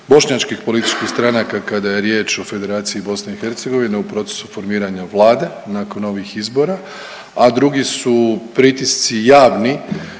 bošnjačkih političkih stranaka kada je riječ o Federaciji BiH u procesu formiranja vlade nakon ovih izbora, a drugi su pritisci javni